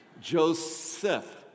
Joseph